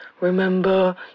remember